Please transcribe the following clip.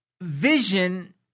vision